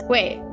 Wait